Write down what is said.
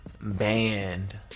Band